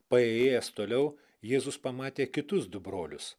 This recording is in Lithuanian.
paėjęs toliau jėzus pamatė kitus du brolius